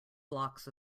blocks